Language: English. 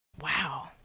Wow